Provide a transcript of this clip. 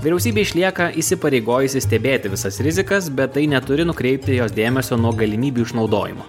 vyriausybė išlieka įsipareigojusi stebėti visas rizikas bet tai neturi nukreipti jos dėmesio nuo galimybių išnaudojimo